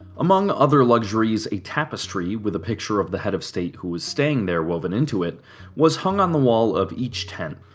among other luxuries, a tapestry with a picture of the head of state who was staying there woven into it hung on the wall of each tent.